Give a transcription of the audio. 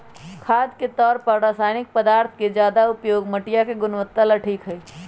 खाद के तौर पर रासायनिक पदार्थों के ज्यादा उपयोग मटिया के गुणवत्ता ला ठीक ना हई